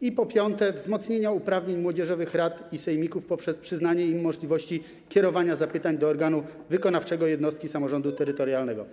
i po piąte, wzmocnienia uprawnień młodzieżowych rad i sejmików poprzez zapewnienie im możliwości kierowania zapytań do organu wykonawczego jednostki samorządu terytorialnego.